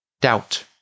Doubt